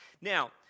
Now